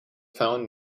found